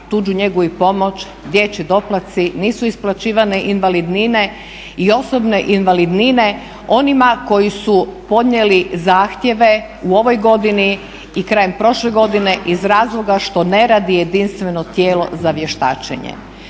tuđu njegu i pomoć, dječji doplatci, nisu isplaćivane invalidnine i osobne invalidnine onima koji su podnijeli zahtjeve u ovoj godini i krajem prošle godine iz razloga što ne radi jedinstveno tijelo za vještačenje.